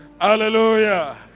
Hallelujah